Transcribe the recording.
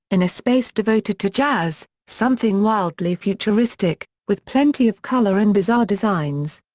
in a space devoted to jazz, something wildly futuristic, with plenty of color in bizarre designs.